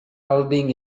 holding